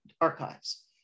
archives